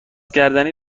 گردنی